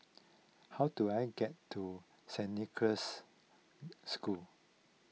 how do I get to Girls' School